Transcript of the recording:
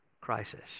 crisis